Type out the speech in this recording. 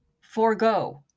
Forgo